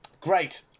Great